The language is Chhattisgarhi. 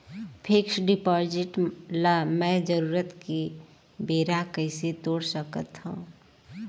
फिक्स्ड डिपॉजिट ल मैं जरूरत के बेरा कइसे तोड़ सकथव?